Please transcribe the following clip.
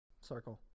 Circle